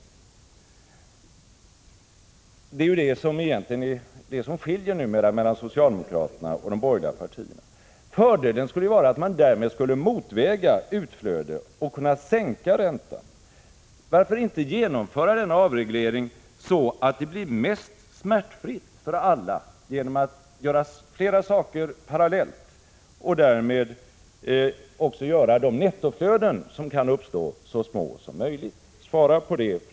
Det är ju egentligen detta som skiljer mellan socialdemokraterna och de borgerliga partierna. Fördelen skulle vara att man därmed kunde motväga utflödet och sänka räntan. Varför inte genomföra en avreglering så? Det blir mest smärtfritt för alla genom att man gör flera saker parallellt och därmed gör de nettoutflöden som kan uppkomma så små som möjligt. Svara på det.